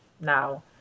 now